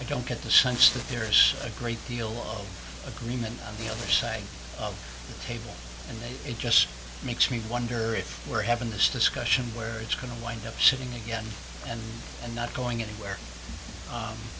i don't get the sense that there's a great deal of agreement on the other side of the table and it just makes me wonder if we're having this discussion where it's going to wind up sitting again and not going anywhere